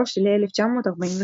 בין 1933 ל-1945.